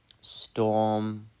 storm